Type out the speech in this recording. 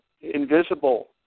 invisible